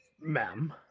Ma'am